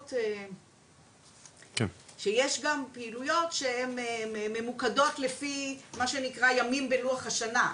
פעילויות שהם ממוקדות לפי מה שנקרא "ימים בלוח השנה".